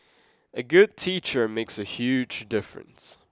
a good teacher makes a huge difference